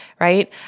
right